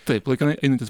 taip laikinai einantis